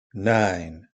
nine